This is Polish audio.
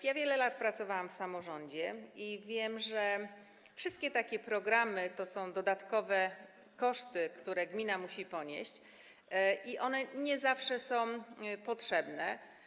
Ja wiele lat pracowałam w samorządzie i wiem, że wszystkie takie programy to są dodatkowe koszty, które gmina musi ponieść, i one nie zawsze są potrzebne.